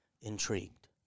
Intrigued